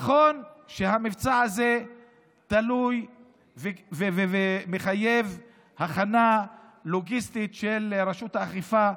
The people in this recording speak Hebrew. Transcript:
נכון שהמבצע הזה תלוי ומחייבה הכנה לוגיסטית של רשות האכיפה,